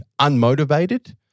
unmotivated